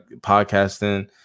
podcasting